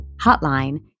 Hotline